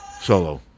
solo